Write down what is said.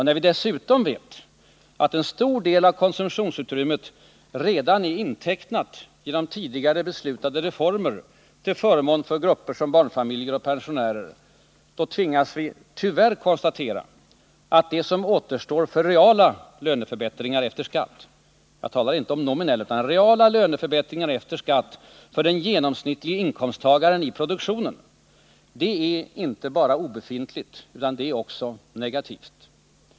När vi dessutom vet att en stor del av konsumtionsutrymmet redan är intecknat genom tidigare beslutade reformer till förmån för grupper som barnfamiljer och pensionärer, då tvingas vi tyvärr konstatera att det som återstår för reala löneförbättringar efter skatt — jag talar inte om nominella utan om reala löneförbättringar efter skatt — för den genomsnittliga inkomsttagaren i produktionen inte bara är obefintligt, utan negativt.